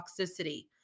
toxicity